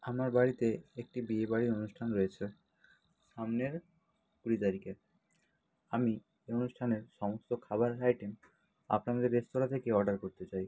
আমার বাড়িতে একটি বিয়েবাড়ির অনুষ্ঠান রয়েছে সামনের কুড়ি তারিকে আমি অনুষ্ঠানের সমস্ত খাবারের আইটেম আপনাদের রেস্তোরাঁ থেকে অর্ডার করতে চাই